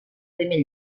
primer